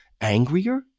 angrier